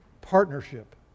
partnership